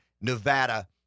Nevada